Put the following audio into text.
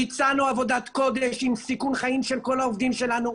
ביצענו עבודת קודש עם סיכון חיים של כל העובדים שלנו,